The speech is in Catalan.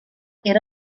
era